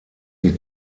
die